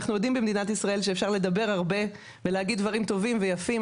ואנחנו יודעים במדינת ישראל שאפשר לדבר הרבה ולהגיד דברים טובים ויפים,